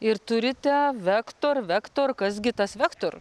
ir turite vektor vektor kas gi tas vektor